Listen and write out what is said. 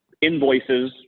invoices